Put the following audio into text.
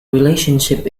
relationship